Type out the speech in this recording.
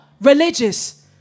religious